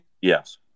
Yes